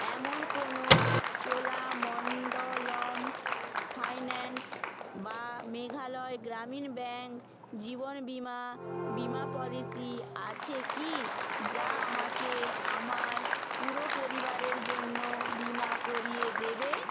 এমন কোনও চোলামণ্ডলম ফাইন্যান্স বা মেঘালয় গ্রামীণ ব্যাঙ্ক জীবন বিমা বিমা পলিসি আছে কি যা আমাকে আমার পুরো পরিবারের জন্য বিমা করিয়ে দেবে